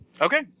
Okay